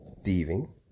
thieving